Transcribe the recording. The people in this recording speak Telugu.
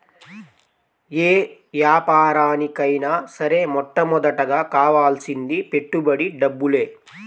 యే యాపారానికైనా సరే మొట్టమొదటగా కావాల్సింది పెట్టుబడి డబ్బులే